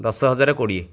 ଦଶ ହଜାର କୋଡ଼ିଏ